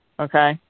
okay